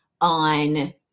on